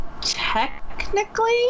technically